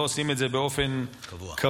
ולא עושים את זה באופן קבוע.